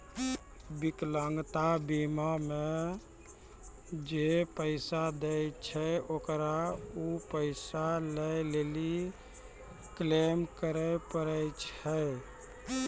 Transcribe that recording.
विकलांगता बीमा मे जे पैसा दै छै ओकरा उ पैसा लै लेली क्लेम करै पड़ै छै